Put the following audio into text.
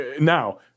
Now